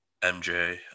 mj